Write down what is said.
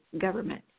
government